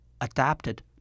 adapted